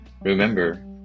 Remember